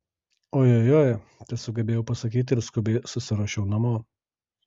ojojoi tesugebėjau pasakyti ir skubiai susiruošiau namo